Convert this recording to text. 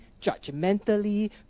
judgmentally